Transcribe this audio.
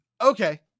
Okay